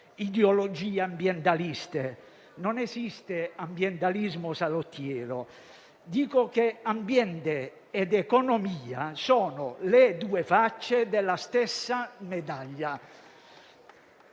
ideologie ambientaliste e non esiste un ambientalismo salottiero. Ambiente ed economia sono due facce della stessa medaglia.